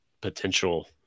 potential